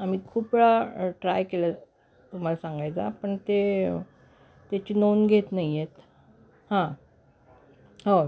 आम्ही खूप वेळा ट्राय केला तुम्हाला सांगायचा पण ते त्याची नोंद घेत नाही आहेत हां हो